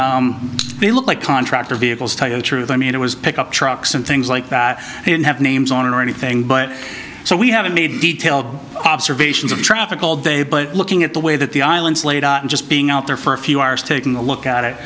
be the look like contractor vehicles truth i mean it was pickup trucks and things like that they didn't have names on it or anything but so we haven't made detailed observations of traffic all day but looking at the way that the island's laid out and just being out there for a few hours taking a look at it